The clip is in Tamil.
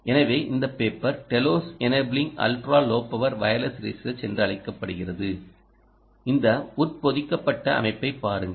எனவே இந்த paper TeLOS enabling ultra low power wireless research என்று அழைக்கப்படுகிறது இந்த உட்பொதிக்கப்பட்ட அமைப்பைப் பாருங்கள்